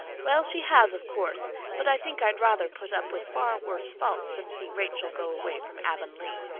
well, she has, of course but i think i'd rather put up with far worse faults than see rachel go away from avonlea.